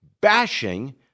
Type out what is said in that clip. bashing